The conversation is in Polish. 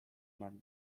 mam